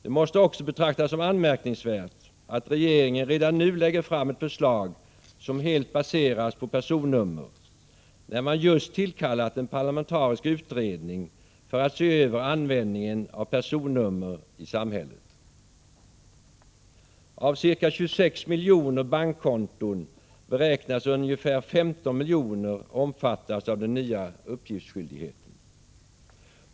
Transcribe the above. Det måste också betraktas som anmärkningsvärt att regeringen redan nu lägger fram ett förslag som helt baseras på personnummer, när man just tillkallat en parlamentarisk utredning för att se över användningen av personnummer i samhället. Av ca 26 miljoner bankkonton beräknas ungefär 15 miljoner omfattas av den nya uppgiftsskyldigheten.